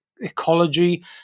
ecology